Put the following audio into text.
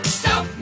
stop